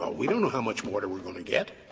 ah we don't know how much water we're going to get,